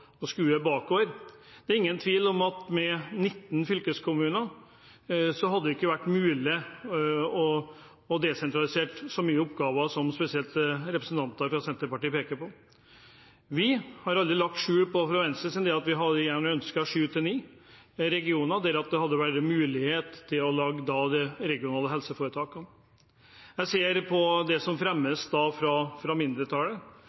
Det er ingen tvil om at med 19 fylkeskommuner hadde det ikke vært mulig å desentralisere så mange oppgaver som spesielt representanter fra Senterpartiet peker på. Vi har aldri lagt skjul på fra Venstres side at vi hadde ønsket sju–ni regioner, der det hadde vært mulig å legge de regionale helseforetakene. Jeg ser på det som fremmes fra mindretallet,